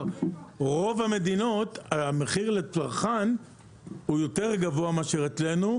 רוב המדינות המחיר לצרכן הוא יותר גבוה מאשר אצלנו,